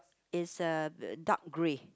is a dark grey